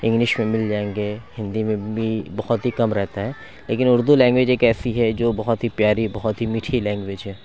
English میں مل جائیں گے ہندی میں بھی بہت ہی کم رہتے ہیں لیکن اُردو لینگویج ایک ایسی ہے جو بہت ہی پیاری بہت ہی میٹھی لینگویج ہے